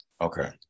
okay